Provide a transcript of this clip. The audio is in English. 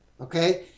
okay